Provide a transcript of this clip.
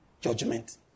judgment